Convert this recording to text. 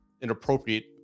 inappropriate